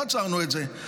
לא עצרנו את זה,